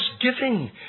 giving